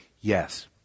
Yes